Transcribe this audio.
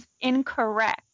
incorrect